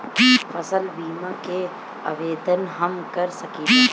फसल बीमा के आवेदन हम कर सकिला?